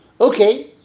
Okay